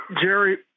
Jerry